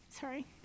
sorry